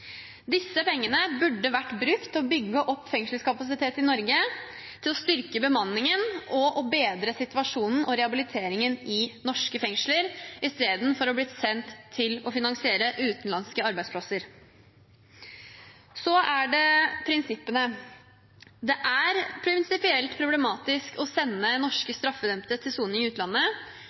Disse pengene burde vært brukt til å bygge opp fengselskapasitet i Norge, til å styrke bemanningen og til å bedre situasjonen og rehabiliteringen i norske fengsler istedenfor å bli sendt ut og finansiere utenlandske arbeidsplasser. Så er det prinsippene. Det er prinsipielt problematisk å sende norske straffedømte til soning i utlandet,